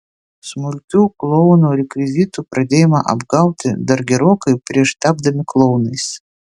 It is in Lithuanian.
smulkiu klounų rekvizitu pradėjome apgauti dar gerokai prieš tapdami klounais